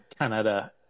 Canada